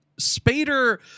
spader